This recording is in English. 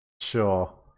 sure